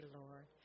Lord